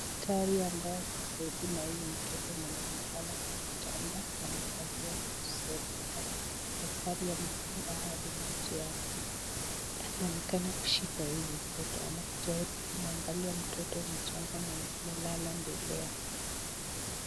Daktari ambaye yuko karibu na huyo mtoto mwenye amelala kwa kitanda amevalia vitu zake zote. Daktari amefunga hadi macho yake. Anaonekana kushika huyu mtoto ama kujaribu kumwangalia mtoto mchanga mwenye amelala mbele yake.